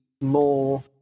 more